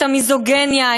את המיזוגיניה,